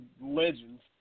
legends